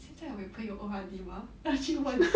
现在我有朋友 O_R_D 我要去问